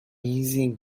easy